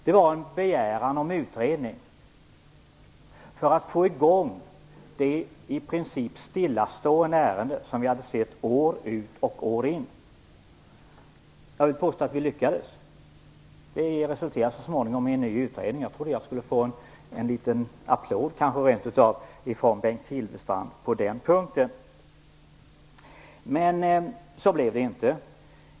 Den innehöll en begäran om utredning för att få i gång det i princip stillastående ärende som vi hade sett år ut och år in. Jag vill påstå att vi lyckades. Det resulterade så småningom i en ny utredning. Jag trodde att jag på den punkten kanske rent av skulle få en liten applåd av Bengt Silfverstrand, men så blev det inte.